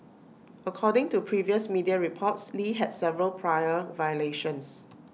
according to previous media reports lee had several prior violations